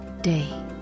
day